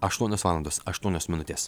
aštuonios valandos aštuonios minutės